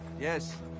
Yes